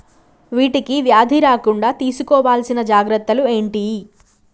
వీటికి వ్యాధి రాకుండా తీసుకోవాల్సిన జాగ్రత్తలు ఏంటియి?